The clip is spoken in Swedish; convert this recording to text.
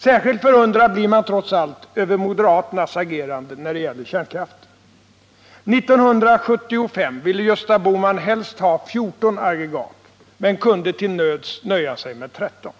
Särskilt förundrad blir man trots allt över moderaternas agerande när det gäller kärnkraften. 1975 ville Gösta Bohman helst ha 14 aggregat men kunde till nöds nöja sig med 13.